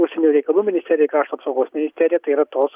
užsienio reikalų ministerijai krašto apsaugos ministerija tai yra tos